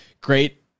great